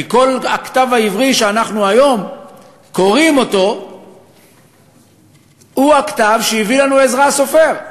כי כל הכתב העברי שאנחנו היום קוראים הוא הכתב שהביא לנו עזרא הסופר.